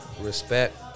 respect